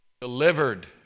delivered